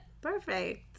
Perfect